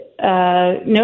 no